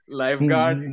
lifeguard